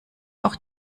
auch